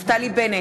נפתלי בנט,